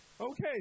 Okay